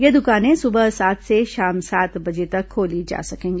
ये दुकानें सुबह सात से शाम सात बजे तक खोली जा सकेगी